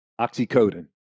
oxycodone